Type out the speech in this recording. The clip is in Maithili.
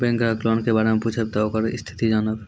बैंक ग्राहक लोन के बारे मैं पुछेब ते ओकर स्थिति जॉनब?